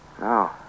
No